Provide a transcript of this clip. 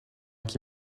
qui